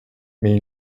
mais